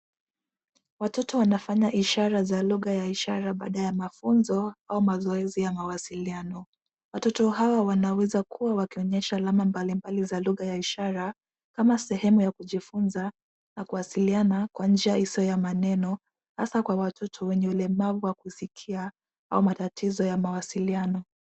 Watoto wanafanya ishara za lugha ya ishara baada ya mafunzo au mazoezi ya mawasiliano. Watoto hawa wanaweza kuwa wakionyesha alama mbalimbali za lugha ya ishara kama sehemu ya kujifunza na kuwasiliana kwa njia isiyo ya maneno hasa kwa watoto wenye ulemavu wa kusikia au matatizo ya mawasiliano.